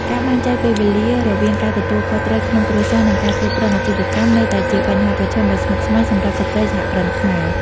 ការបែងចែកពេលវេលារវាងការទទួលខុសត្រូវក្នុងគ្រួសារ និងការគ្រប់គ្រងអាជីវកម្ម នៅតែជាបញ្ហាប្រឈមដ៏ស្មុគស្មាញសម្រាប់ស្ត្រីសហគ្រិនខ្មែរ។